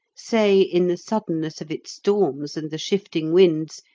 say, in the suddenness of its storms and the shifting winds,